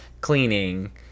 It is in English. cleaning